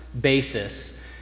basis